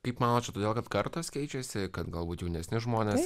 kaip manote todėl kad kartos keičiasi kad galbūt jaunesni žmonės